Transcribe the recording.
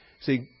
See